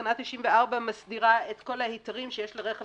תקנה 94 מסדירה את כל ההיתרים שיש לרכב